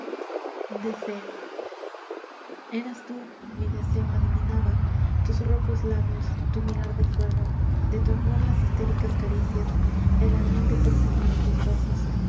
deseo eras tú mi deseo adivinaba tus rojos labios tu mirar de fuego de tu amor las histéricas caricias el ardiente perfume de tus besos eras